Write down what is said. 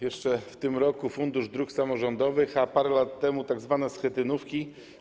Jeszcze w tym roku Fundusz Dróg Samorządowych, a parę lat temu tzw. schetynówki.